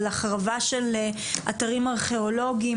על החרבה של אתרים ארכיאולוגים.